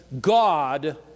God